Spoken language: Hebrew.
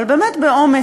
אבל באמת באומץ,